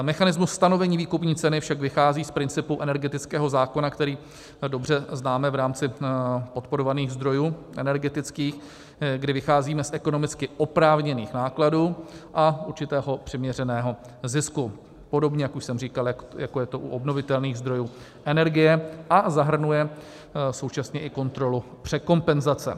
Mechanismus stanovení výkupní ceny však vychází z principu energetického zákona, který dobře známe v rámci podporovaných zdrojů energetických, kdy vycházíme z ekonomicky oprávněných nákladů a určitého přiměřeného zisku podobně, jak už jsem říkal, jako je to u obnovitelných zdrojů energie, a zahrnuje současně i kontrolu překompenzace.